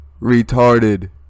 Retarded